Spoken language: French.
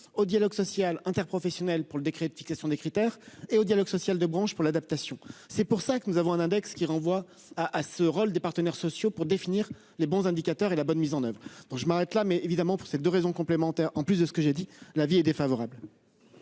au dialogue social interprofessionnel pour le décret. Petite question des critères et au dialogue social de branche pour l'adaptation. C'est pour ça que nous avons un index qui renvoie à à ce rôle des partenaires sociaux pour définir les bons indicateurs et la bonne mise en oeuvre. Donc je m'arrête là mais évidemment pour ces 2 raisons complémentaires en plus de ce que j'ai dit, l'avis est défavorable.